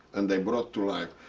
and they brought to life.